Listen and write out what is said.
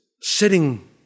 sitting